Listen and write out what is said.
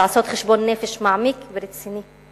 לעשות חשבון נפש מעמיק ורציני,